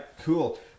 cool